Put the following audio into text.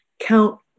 count